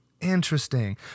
interesting